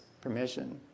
permission